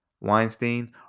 Weinstein